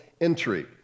entry